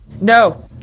No